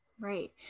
Right